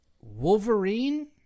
Wolverine